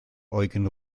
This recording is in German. eugen